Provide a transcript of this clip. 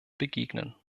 begegnen